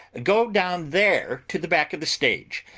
go down there to the back of the stage.